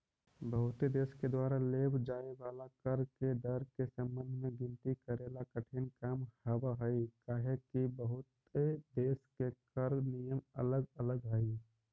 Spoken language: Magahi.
बहुते देश के द्वारा लेव जाए वाला कर के दर के संबंध में गिनती करेला कठिन काम हावहई काहेकि बहुते देश के कर नियम अलग अलग हई